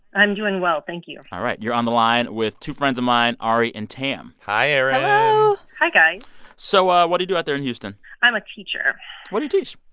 i'm doing well. thank you all right. you're on the line with two friends of mine, ari and tam hi, erin hello hi, guys so um what do you do out there in houston? i'm a teacher what do you teach?